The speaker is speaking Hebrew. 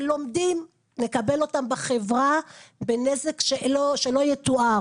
לומדים לקבל אותם בחברה בנזק שלא יתואר